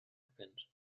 gepennt